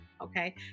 okay